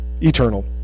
eternal